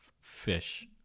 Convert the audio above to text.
fish